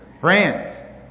France